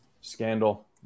scandal